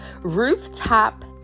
Rooftop